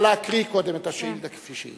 נא להקריא קודם את השאילתא כפי שהיא.